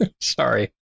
Sorry